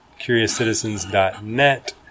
CuriousCitizens.net